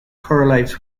correlates